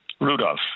Rudolph